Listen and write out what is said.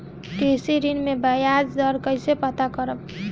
कृषि ऋण में बयाज दर कइसे पता करब?